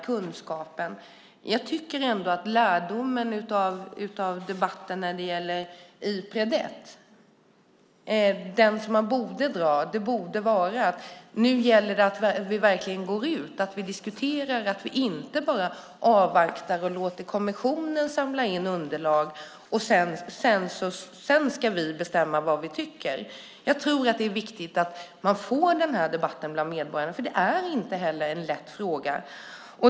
Den lärdom som man borde dra av debatten när det gäller Ipred 1 är att det nu gäller att vi verkligen går ut och diskuterar och inte bara avvaktar och låter kommissionen samla in underlag och att vi sedan ska bestämma vad vi tycker. Jag tror att det är viktigt att man får denna debatt bland medborgarna. Det är inte en lätt fråga.